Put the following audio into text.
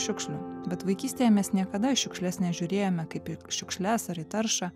šiukšlių bet vaikystėje mes niekada šiukšles nežiūrėjome kaip į šiukšles ar į daržą